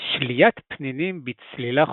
שליית פנינים בצלילה חופשית,